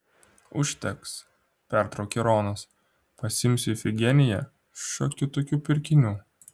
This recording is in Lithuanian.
užteks pertraukė ronas pasiimsiu ifigeniją šiokių tokių pirkinių